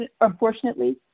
unfortunately